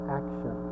action